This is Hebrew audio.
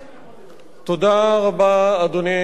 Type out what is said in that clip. אדוני היושב-ראש,